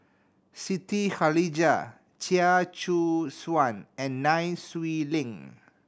Siti Khalijah Chia Choo Suan and Nai Swee Leng